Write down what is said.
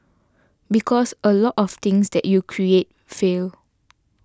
because a lot of things that you create fail